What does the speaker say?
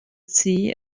see